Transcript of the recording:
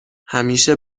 همیشه